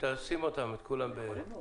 הישיבה ננעלה